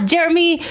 Jeremy